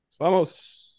Vamos